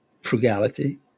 frugality